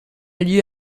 lieu